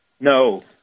No